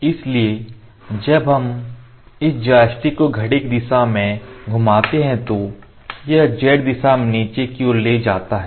इसलिए जब हम इस जॉयस्टिक को घड़ी की दिशा में clockwise क्लॉकवाइज घुमाते हैं तो यह z दिशा में नीचे की ओर ले जाता है